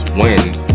wins